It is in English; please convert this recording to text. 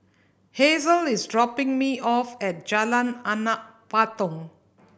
hasel is dropping me off at Jalan Anak Patong